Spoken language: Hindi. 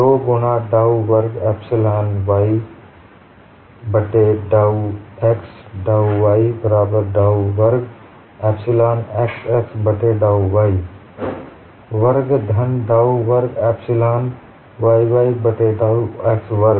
2 गुणा डाउ वर्ग एप्सिलॉन x y बट्टे डाउ x डाउ y बराबर डाउ वर्ग एप्सिलॉन xx बट्टे डाउ y वर्ग धन डाउ वर्ग एप्सिलॉन yy बट्टे डाउ x वर्ग